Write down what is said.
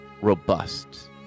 robust